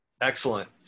Excellent